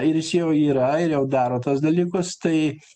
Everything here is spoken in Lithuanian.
ir jis jau yra ir jau daro tuos dalykus tai